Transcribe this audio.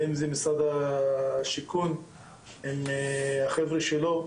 ואם זה משרד השיכון עם החבר'ה שלהם,